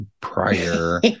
prior